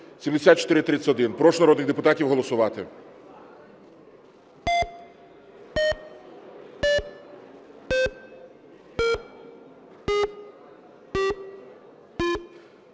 Прошу народних депутатів голосувати.